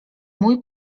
mój